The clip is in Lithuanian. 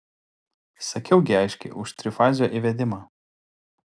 sakiau gi aiškiai už trifazio įvedimą